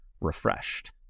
refreshed